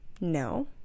No